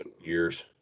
years